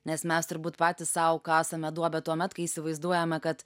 nes mes turbūt patys sau kasame duobę tuomet kai įsivaizduojame kad